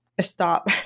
stop